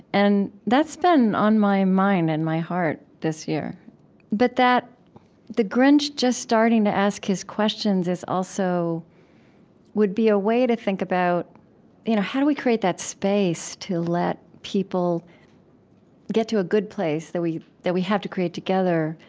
and that's been on my mind and my heart this year but that the grinch just starting to ask his questions is also would be a way to think about you know how do we create that space to let people get to a good place that we that we have to create together,